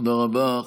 תודה רבה.